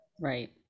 Right